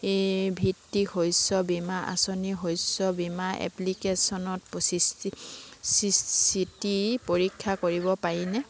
ভিত্তিক শস্য বীমা আঁচনি শস্য বীমা এপ্লিকেচনৰ স্থিতি পৰীক্ষা কৰিব পাৰিবনে